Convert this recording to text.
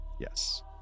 Yes